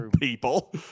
people